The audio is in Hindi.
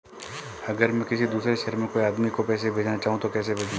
अगर मैं किसी दूसरे शहर में कोई आदमी को पैसे भेजना चाहूँ तो कैसे भेजूँ?